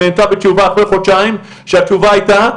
היא נענתה בתשובה אחרי חודשיים שהתשובה היתה: